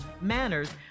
manners